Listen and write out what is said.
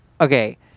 Okay